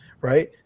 right